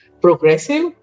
progressive